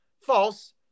false